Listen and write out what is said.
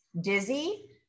dizzy